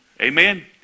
Amen